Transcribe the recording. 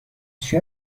چرا